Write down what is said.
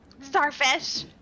Starfish